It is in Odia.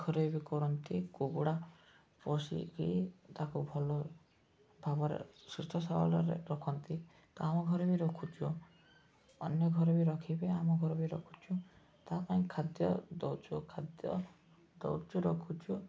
ଘରେ ବି କରନ୍ତି କୁକୁଡ଼ା ପୋଷିକି ତାକୁ ଭଲ ଭାବରେ ସୁସ୍ଥ ସବଳରେ ରଖନ୍ତି ତ ଆମ ଘରେ ବି ରଖୁଛୁ ଅନ୍ୟ ଘରେ ବି ରଖିବେ ଆମ ଘରେ ବି ରଖୁଛୁ ତା ପାଇଁ ଖାଦ୍ୟ ଦେଉଛୁ ଖାଦ୍ୟ ଦେଉଛୁ ରଖୁଛୁ